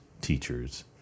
teachers